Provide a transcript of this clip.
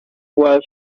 while